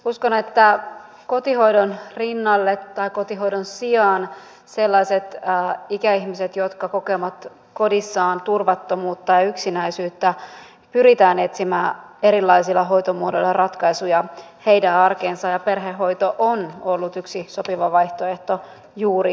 uskon että kotihoidon rinnalle tai kotihoidon sijaan sellaisille ikäihmisille jotka kokevat kodissaan turvattomuutta ja yksinäisyyttä pyritään etsimään erilaisilla hoitomuodoilla ratkaisuja heidän arkeensa ja perhehoito on ollut yksi sopiva vaihtoehto juuri heille